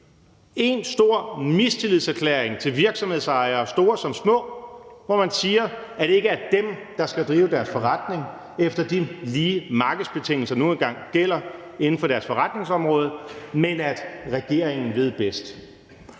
én stor mistillidserklæring til virksomhedsejere, store som små, hvor man siger, at det ikke er dem, der skal drive deres forretning efter de lige markedsbetingelser, der nu engang gælder inden for deres forretningsområde, men at regeringen ved bedst.